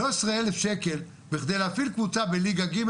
שלוש עשרה אלף שקל בכדי להפעיל קבוצה בליגה ג',